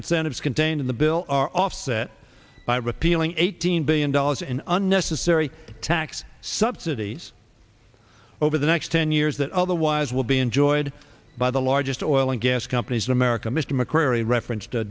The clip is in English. incentives contained in the bill are offset by repealing eighteen billion dollars in unnecessary tax subsidies over the next ten years that otherwise will be enjoyed by the largest oil and gas companies in america mr mcqueary reference